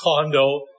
condo